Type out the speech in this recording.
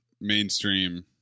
mainstream